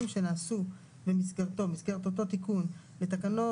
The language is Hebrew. שנעשו במסגרתו לתקנות -- במסגרת אותו תיקון לתקנות,